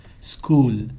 school